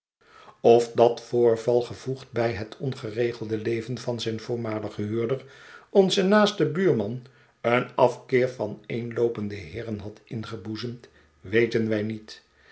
of dat voorval gevoegd bij het ongeregelde leven van zijn voormaligen huurder onzen naasten buurman een afkeer van eenloopende heeren had ingeboezemd weten wij niet